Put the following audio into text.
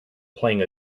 playing